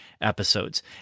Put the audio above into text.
episodes